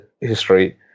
history